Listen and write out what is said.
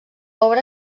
obra